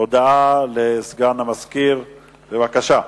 הודעה לסגן המזכיר, בבקשה.